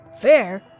Fair